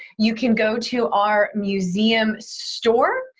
you can go to our museum store.